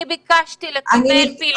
אני ביקשתי לקבל פילוחים של כל יום.